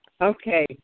Okay